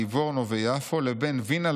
ליוורנו ויפו לבין וינה,